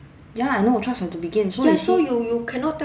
ya I know trust have to be gained so you see